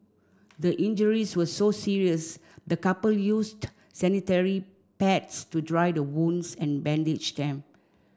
the injuries were so serious the couple used sanitary pads to dry the wounds and bandage them